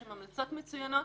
יש שם המלצות מצוינות